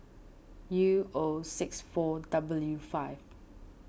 U O six four W five